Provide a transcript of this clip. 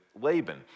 Laban